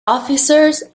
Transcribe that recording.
officers